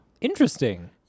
Interesting